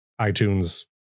iTunes